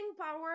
power